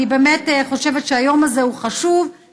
אני באמת חושבת שהיום הזה חשוב,